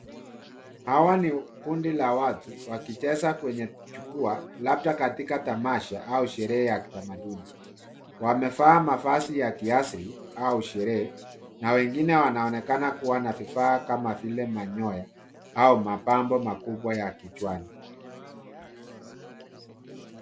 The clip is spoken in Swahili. Hawa ni kundi la watu wakicheza kwenye jukwaa labda katika tamasha au sherehe ya kitamaduni. Wamevaa mavazi ya kiasili au sherehe na wengine wanaonekana kuwa na vifaa kama vile manyoya au mapambo makubwa ya kichwani.